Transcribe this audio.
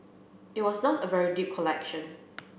it was not a very deep collection